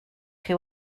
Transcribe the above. chi